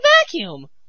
Vacuum